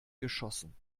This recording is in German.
geschossen